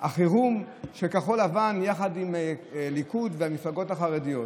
והחירום של כחול לבן יחד עם הליכוד והמפלגות החרדיות,